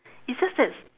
it's just that